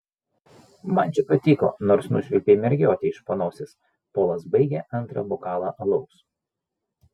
man čia patiko nors nušvilpei mergiotę iš panosės polas baigė antrą bokalą alaus